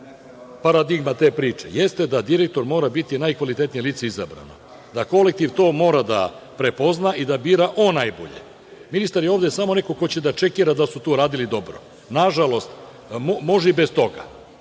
paradigma te priče jeste da direktor mora biti najkvalitetnije lice izabrano, da kolektiv to mora da prepozna i da bira on najbolje. Ministar je ovde samo neko ko će da čekira da li su to uradili dobro. Nažalost, može i bez toga,